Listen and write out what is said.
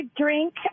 drink